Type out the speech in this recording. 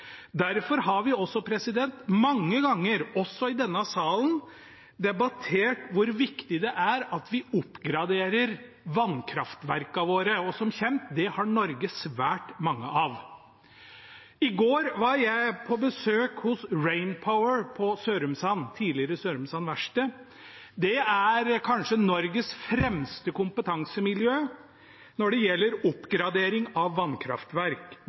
Derfor har vi mange ganger, også i denne salen, debattert hvor viktig det er at vi oppgraderer vannkraftverkene våre. Som kjent har Norge svært mange av dem. I går var jeg på besøk hos Rainpower Sørumsand, tidligere Sørumsand Verksted. Det er kanskje Norges fremste kompetansemiljø når det gjelder oppgradering av vannkraftverk.